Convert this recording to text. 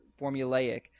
formulaic